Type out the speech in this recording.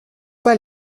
pas